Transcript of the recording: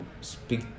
speak